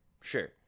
sure